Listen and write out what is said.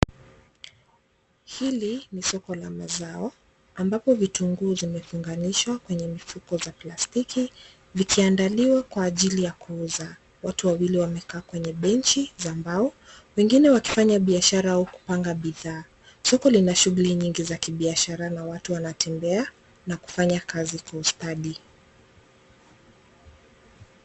Hili ni soko la mazao, ambapo vitunguu zimefunganishwa kwenye mifuko za plastiki zikiandaliwa kwa ajili ya kuuza. Watu wawili wamekaa kwenye benchi za mbao, wengine wakifanya biashara au kupanga bidhaa. Soko lina shughuli nyingi za kibiashara na watu wanatembea na kufanya kazi kuu stadi.